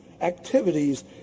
Activities